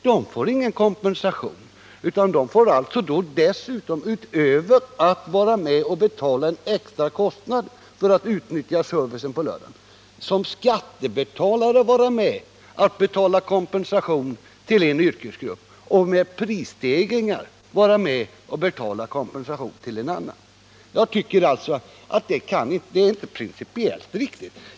De får ingen kompensation, utan utöver att betala en extra kostnad för lördagsservice får de som skattebetalare betala kompensation till en yrkesgrupp och genom prisstegringar betala kompensation till en annan. Jag tycker inte att detta är principiellt riktigt.